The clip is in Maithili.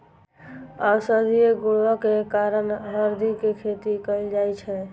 औषधीय गुणक कारण हरदि के खेती कैल जाइ छै